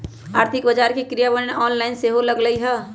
आर्थिक बजार के क्रियान्वयन ऑनलाइन सेहो होय लगलइ ह